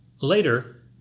Later